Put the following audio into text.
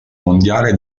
mondiale